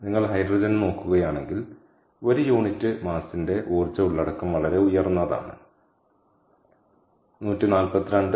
നിങ്ങൾ ഹൈഡ്രജനെ നോക്കുകയാണെങ്കിൽ ഒരു യൂണിറ്റ് പിണ്ഡത്തിന്റെ ഊർജ്ജ ഉള്ളടക്കം വളരെ ഉയർന്നതാണ് 142 MJkg